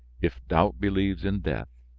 if doubt believes in death.